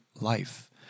life